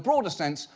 broader sense,